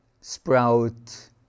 sprout